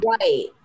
Right